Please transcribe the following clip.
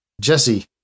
Jesse